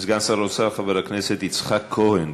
סגן שר האוצר חבר הכנסת יצחק כהן,